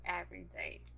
everyday